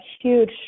huge